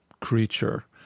creature